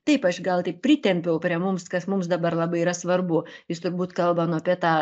taip aš gal tik pritempiau prie mums kas mums dabar labai yra svarbu jis turbūt kalba nu apie tą